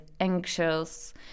anxious